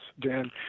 Dan